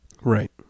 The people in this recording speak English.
Right